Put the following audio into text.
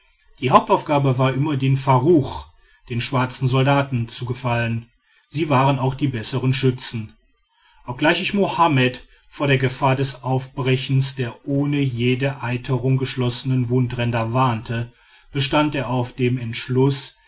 die hauptaufgabe war immer den faruch den schwarzen soldaten zugefallen sie waren auch die bessern schützen obgleich ich mohammed vor der gefahr des aufbrechens der ohne jede eiterung geschlossenen wundränder warnte bestand er auf dem entschluß